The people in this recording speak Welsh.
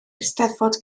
eisteddfod